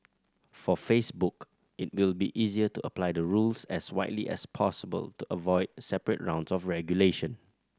for Facebook it will be easier to apply the rules as widely as possible to avoid separate rounds of regulation